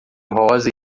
rosa